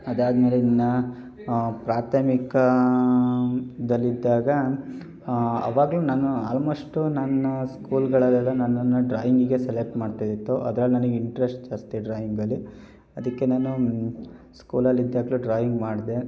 ಅದಾದಮೇಲೆ ಇನ್ನೂ ಪ್ರಾಥಮಿಕದಲ್ಲಿದ್ದಾಗ ಆವಾಗ್ಲೂ ನಾನು ಆಲ್ಮೋಸ್ಟು ನಾನು ಸ್ಕೂಲ್ಗಳಲ್ಲೆಲ್ಲ ನನ್ನನ್ನು ಡ್ರಾಯಿಂಗಿಗೆ ಸೆಲೆಕ್ಟ್ ಮಾಡ್ತಾಯಿತ್ತು ಅದ್ರಲ್ಲಿ ನನ್ಗೆ ಇಂಟ್ರೆಸ್ಟ್ ಜಾಸ್ತಿ ಡ್ರಾಯಿಂಗಲ್ಲಿ ಅದಕ್ಕೆ ನಾನು ಸ್ಕೂಲಲ್ಲಿದ್ದಾಗ್ಲೂ ಡ್ರಾಯಿಂಗ್ ಮಾಡಿದೆ